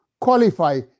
qualify